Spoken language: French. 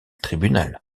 tribunal